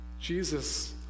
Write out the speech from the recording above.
Jesus